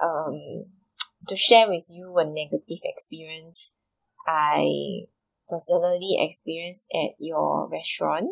um to share with you one negative experience I personally experienced at your restaurant